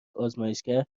آزمایشگر